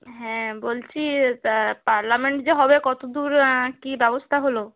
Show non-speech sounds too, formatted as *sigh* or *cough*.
হ্যাঁ বলছি *unintelligible* পার্লামেন্ট যে হবে কতো দূর কি ব্যবস্থা হলো